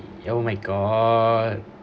ya oh my god